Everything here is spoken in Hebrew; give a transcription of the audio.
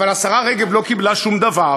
אבל השרה רגב לא קיבלה שום דבר,